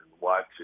watch